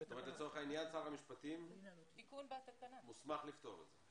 לצורך העניין, שר המשפטים מוסמך לפתור את זה.